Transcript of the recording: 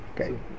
Okay